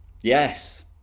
Yes